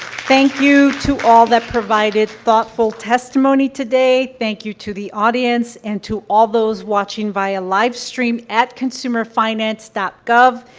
thank you to all that provided thoughtful testimony today. thank you to the audience and to all those watching via livestream at consumerfinance dot gov.